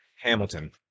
Hamilton